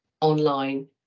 online